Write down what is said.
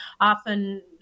often